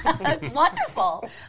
Wonderful